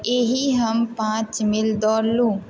AI हम पाँच मील दौड़लहुॅं